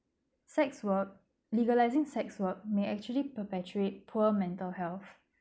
sex work legalising sex work may actually perpetuate poor mental health